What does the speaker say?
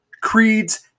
creeds